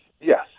Yes